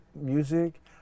music